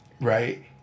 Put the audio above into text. right